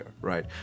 right